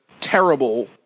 terrible